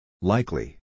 Likely